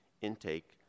intake